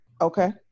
Okay